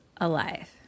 Alive